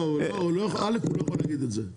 לא לא הוא לא יכול להגיד את זה,